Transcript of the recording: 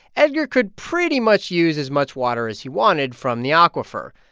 edgar could pretty much use as much water as he wanted from the aquifer.